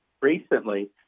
recently